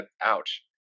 ouch